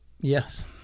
Yes